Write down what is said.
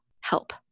help